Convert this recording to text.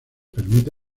permite